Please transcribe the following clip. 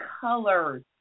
colors